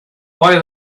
why